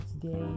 today